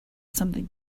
something